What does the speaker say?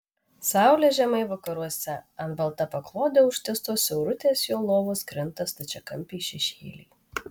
saulė žemai vakaruose ant balta paklode užtiestos siaurutės jo lovos krinta stačiakampiai šešėliai